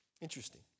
Interesting